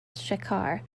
shekhar